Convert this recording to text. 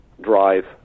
drive